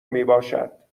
میباشد